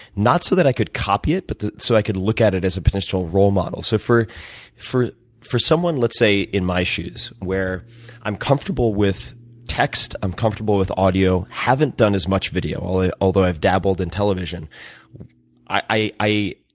not so that i could copy it, but so i could look at it as a potential role model. so for for someone let's say in my shoes, where i'm comfortable with text i'm comfortable with audio haven't done as much video, although although i've dabbled in television i i